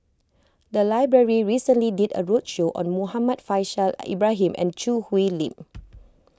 the library recently did a roadshow on Muhammad Faishal Ibrahim and Choo Hwee Lim